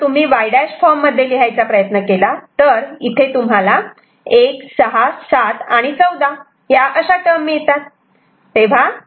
जर तुम्ही Y' form मध्ये लिहायचा प्रयत्न केला तर इथे तुम्हाला 1 6 7 आणि 14 आणि अशा टर्म मिळतात